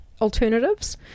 alternatives